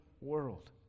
world